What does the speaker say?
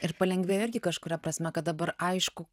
ir palengvėjo irgi kažkuria prasme kad dabar aišku